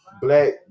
black